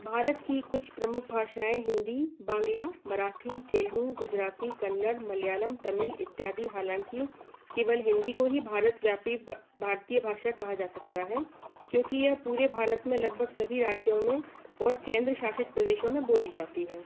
भारत की कुछ प्रमुख भाषाएं हिन्दी बांग्ला मराठी तेलगु गुजराती कन्नड मलयालम तमिल इत्यादि हालांकि केवल हिन्दी को ही भारत व्यापी भारतीय भाषा कहा जा सकता है क्योंकि यह पूरे भारत मे लगभग सभी राज्यों में और केंद्र शासित प्रदेशों में बोली जाती है